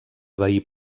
veí